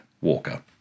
walker